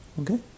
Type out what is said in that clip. Okay